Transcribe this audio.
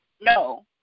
No